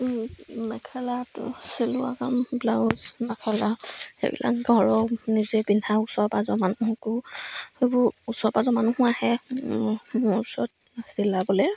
মেখেলাটো চিলোৱা কাম ব্লাউজ মেখেলা সেইবিলাক ঘৰৰ নিজে পিন্ধা ওচৰ পাঁজৰ মানুহকো সেইবোৰ ওচৰ পাঁজৰ মানুহো আহে মোৰ ওচৰত চিলাবলৈ